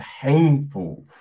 painful